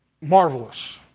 marvelous